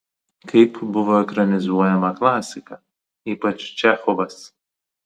kaip buvo ekranizuojama klasika ypač čechovas